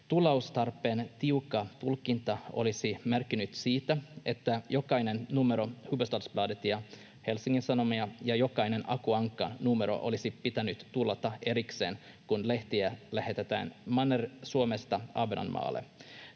Tullaustarpeen tiukka tulkinta olisi merkinnyt sitä, että jokainen numero Hufvudstadsbladetia, Helsingin Sanomia ja jokainen Aku Ankka ‑numero olisi pitänyt tullata erikseen, kun lehtiä lähetetään Manner-Suomesta Ahvenanmaalle.